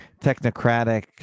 technocratic